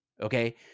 okay